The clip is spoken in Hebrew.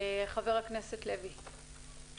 חבר הכנסת לוי, בבקשה.